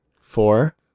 Four